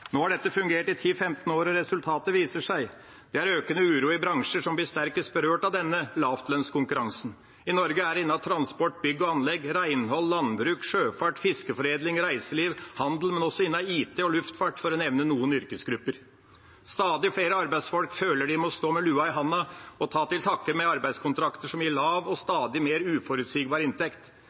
Nå har dette fungert i 10–15 år, og resultatet viser seg. Det er økende uro i de bransjer som blir sterkest berørt av denne lavlønnskonkurransen. I Norge er det innen transport, bygg og anlegg, renhold, landbruk, sjøfart, fiskeforedling, reiseliv, handel, men også innen IT og luftfart, for å nevne noen yrkesgrupper. Stadig flere arbeidsfolk føler at de må stå med lua i handa og ta til takke med arbeidskontrakter som gir lav og stadig mer uforutsigbar inntekt.